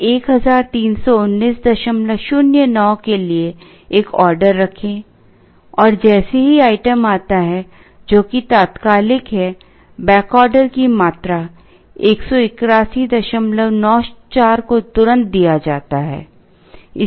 फिर 131909 के लिए एक ऑर्डर रखें और जैसे ही आइटम आता है जो कि तात्कालिक है बैकऑर्डर की मात्रा 18194 को तुरंत दिया जाता है